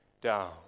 down